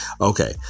okay